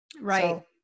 Right